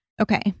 Okay